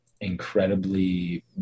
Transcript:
incredibly